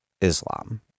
Islam